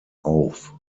auf